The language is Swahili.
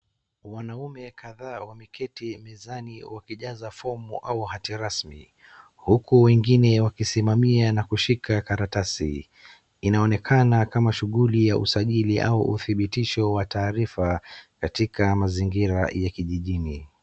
Wanaume kadhaa wameketi mezani wakijaza fomu au hati rasmi huku wengine wakisimamia na kushika karatasi. Inaonekana kama shughuli ya usajili au udhibitisho wa taarifa katika mazingira ya kijijini.